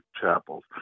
chapels